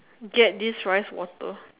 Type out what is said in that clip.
get this rice water